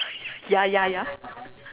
ya ya ya